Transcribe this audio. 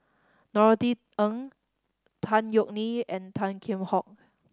Norothy Ng Tan Yeok Nee and Tan Kheam Hock